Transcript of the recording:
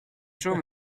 chaumes